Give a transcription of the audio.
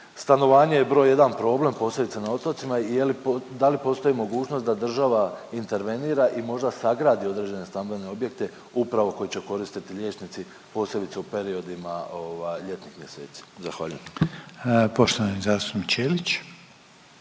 stanovanje je broj 1 problem, posebice na otocima i je li, da li postoji mogućnost da država intervenira i možda sagradi određene stambene objekte upravo koje će koristiti liječnici posebice u periodima, ovaj ljetnih mjeseci. Zahvaljujem. **Reiner, Željko